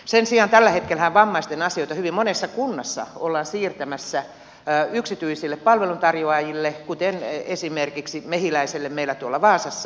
sen sijaan tällä hetkellähän vammaisten asioita hyvin monessa kunnassa ollaan siirtämässä yksityisille palveluntarjoajille kuten esimerkiksi mehiläiselle meillä tuolla vaasassa